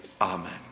Amen